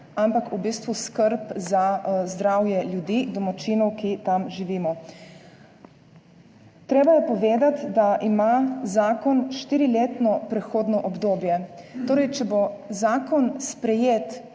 ampak v bistvu skrb za zdravje ljudi, domačinov, ki tam živimo. Treba je povedati, da ima zakon štiriletno prehodno obdobje. Torej če bo zakon sprejet,